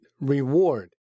reward